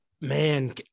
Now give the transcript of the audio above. man